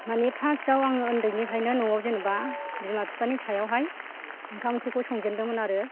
मानि फार्सयाव आङो उन्दैनिफ्रायनो न'आव जेनोबा बिमा बिफानि सायावहाय ओंखाम ओंख्रिखौ संजेनदोंमोन आरो